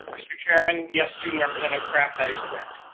mr chairman, yes, student representative kraft. that is correct.